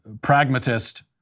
pragmatist